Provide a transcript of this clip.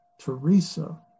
Teresa